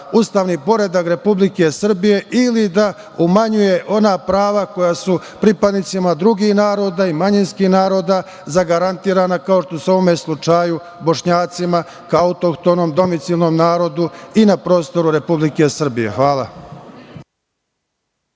ustavni poredak Republike Srbije ili da umanjuje ona prava koja su pripadnicima drugih naroda i manjinskih naroda zagarantovana, kao što se u ovom slučaju Bošnjacima kao autohtonom, domicionom narodu i na prostoru Republike Srbije. Hvala.